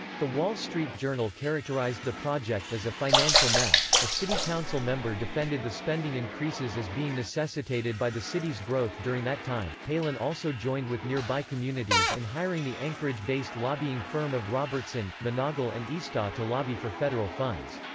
the wall street journal characterized the project as a financial mess. a city council member defended the spending increases as being necessitated by the city's growth during that time palin also joined with nearby communities in hiring the anchorage-based lobbying firm of robertson, monagle and eastaugh to lobby for federal funds.